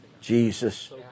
Jesus